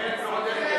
כן, ועוד איך כן.